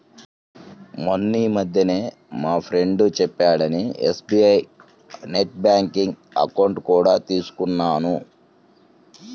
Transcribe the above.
మొన్నీమధ్యనే మా ఫ్రెండు చెప్పాడని ఎస్.బీ.ఐ నెట్ బ్యాంకింగ్ అకౌంట్ కూడా తీసుకున్నాను